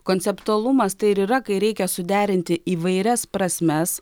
konceptualumas tai ir yra kai reikia suderinti įvairias prasmes